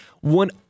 One